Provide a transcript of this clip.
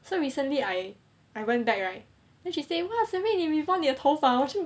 so recently I I went back right then she say !wah! serene 你 rebond 你的头发我就